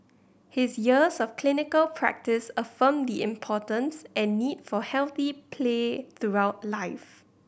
his years of clinical practice affirmed the importance and need for healthy play throughout life